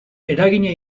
eragina